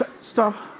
Stop